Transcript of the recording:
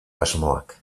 asmoak